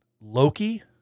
Loki